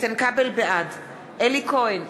בעד אלי כהן,